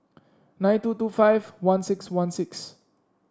nine two two five one six one six